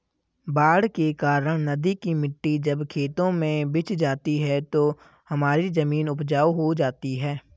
बाढ़ के कारण नदी की मिट्टी जब खेतों में बिछ जाती है तो हमारी जमीन उपजाऊ हो जाती है